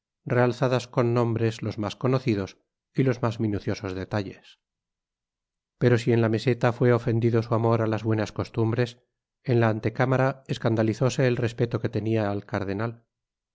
realzadas con nombres los mas conocidos y los mas minuciosos detalles pero si en la meseta fué ofendido su amor á las buenas costumbres en la antecámara escandalizóse el respeto que tenia al cardenal